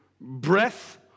breath